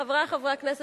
חברי חברי הכנסת,